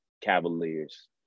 Cavaliers